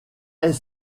est